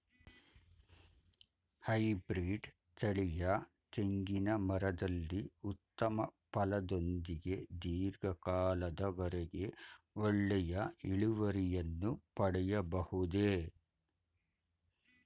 Hybrid ತಳಿಯ ತೆಂಗಿನ ಮರದಲ್ಲಿ ಉತ್ತಮ ಫಲದೊಂದಿಗೆ ಧೀರ್ಘ ಕಾಲದ ವರೆಗೆ ಒಳ್ಳೆಯ ಇಳುವರಿಯನ್ನು ಪಡೆಯಬಹುದೇ?